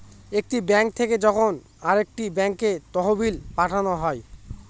একটি ব্যাঙ্ক থেকে যখন আরেকটি ব্যাঙ্কে তহবিল পাঠানো হয়